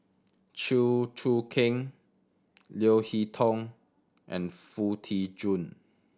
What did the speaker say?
Chew Choo Keng Leo Hee Tong and Foo Tee Jun